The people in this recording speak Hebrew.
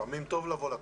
לפעמים טוב לבוא לכנסת.